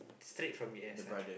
straight from U_S one